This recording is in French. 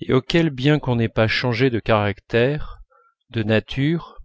et auxquelles bien qu'on n'ait pas changé de caractère de nature